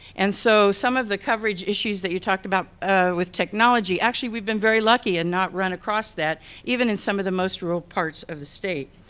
and so some of the coverage issues that you talked about with technology, actually we've been very lucky and not run across that even in some of the most rural parts of the state.